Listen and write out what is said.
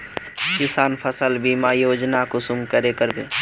किसान फसल बीमा योजना कुंसम करे करबे?